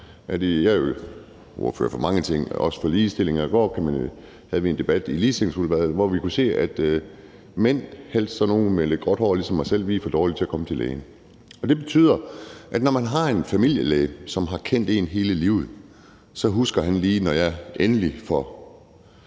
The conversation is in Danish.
Jeg er ordfører på mange områder, også ligestilling, og i går havde vi en debat i Ligestillingsudvalget, hvor vi kunne se, at mænd, helst sådan nogle med lidt gråt hår ligesom mig selv, er for dårlige til at komme til lægen. Det betyder, at når man har en familielæge, som har kendt en hele livet, så husker han lige, når jeg endelig får